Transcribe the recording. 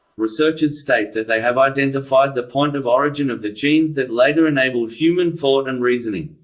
researchers state that they have identified the point of origin of the genes that later enabled human thought and reasoning.